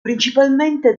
principalmente